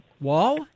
Wall